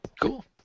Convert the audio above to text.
Cool